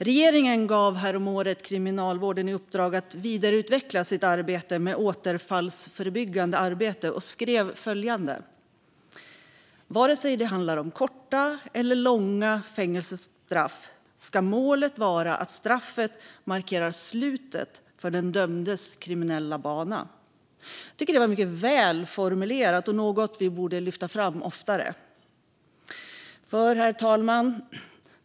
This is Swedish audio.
Regeringen gav häromåret Kriminalvården i uppdrag att vidareutveckla det återfallsförebyggande arbetet och skrev följande: "Vare sig det handlar om korta eller långa fängelsestraff ska målet vara att straffet markerar slutet på den dömdes kriminella bana." Jag tycker det var mycket väl formulerat och något vi borde lyfta fram oftare. Herr talman!